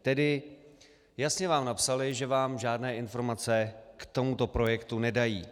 Tedy jasně vám napsali, že vám žádné informace k tomuto projektu nedají.